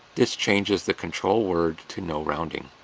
this changes the control word to no rounding.